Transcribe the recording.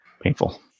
painful